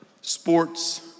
Sports